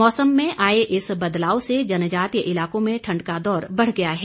मौसम में आए इस बदलाव से जनजातीय इलाकों में ठंड का दौर बढ़ गया है